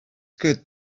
good